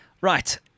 Right